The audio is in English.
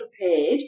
prepared